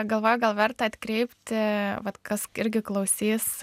galvoju gal verta atkreipti vat kas irgi klausys